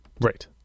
Right